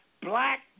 black